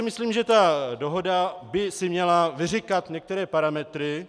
Myslím si, že ta dohoda by si měla vyříkat některé parametry.